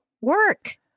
work